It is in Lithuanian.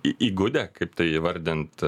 įgudę kaip tai įvardint